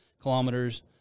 kilometers